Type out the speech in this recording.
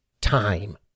time